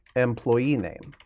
employee name.